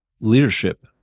leadership